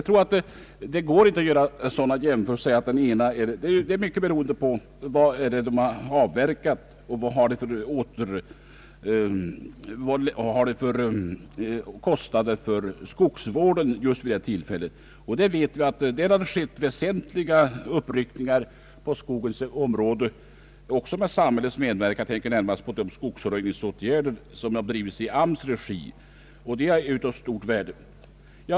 Driftsresultatet vid en viss tidpunkt är mycket beroende på vad man har avverkat och vad man har för kostnader för skogsvård just vid det tillfället. Vi vet att det skett väsentliga uppryckningar just på skogsvårdens område också med samhällets medverkan. Jag tänker närmast på de skogsröjningsåtgärder som bedrivits i AMS” regi; de är av stort värde.